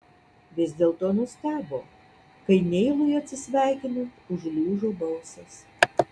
vis dėlto nustebo kai neilui atsisveikinant užlūžo balsas